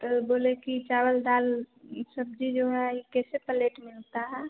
तो बोले कि चावल दाल सब्जी जो है ये कैसे पलेट मिलता है